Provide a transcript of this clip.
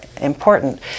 important